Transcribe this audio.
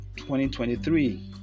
2023